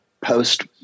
post